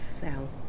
fell